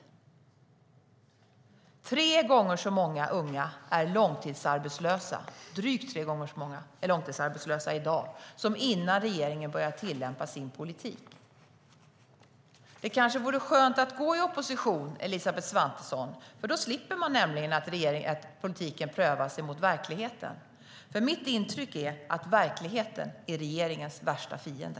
Drygt tre gånger så många unga är långtidsarbetslösa i dag jämfört med innan regeringen började tillämpa sin politik. Det kanske vore skönt att vara i opposition, Elisabeth Svantesson. Då slipper man nämligen att politiken prövas mot verkligheten. Mitt intryck är att verkligheten är regeringens värsta fiende.